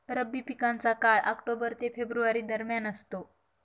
रब्बी पिकांचा काळ ऑक्टोबर ते फेब्रुवारी दरम्यान असतो